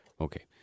Okay